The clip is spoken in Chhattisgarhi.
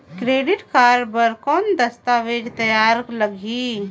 क्रेडिट कारड बर कौन दस्तावेज तैयार लगही?